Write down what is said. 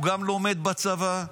הוא גם לומד בצבא,